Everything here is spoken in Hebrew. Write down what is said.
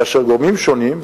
כאשר גורמים שונים,